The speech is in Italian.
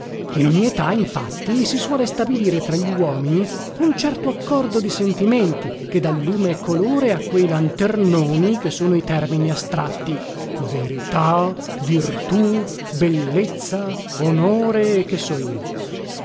in ogni età infatti si suole stabilire tra gli uomini un certo accordo di sentimenti che dà lume e colore a quei lanternoni che sono i termini astratti verità virtù bellezza onore e che so io